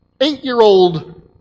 eight-year-old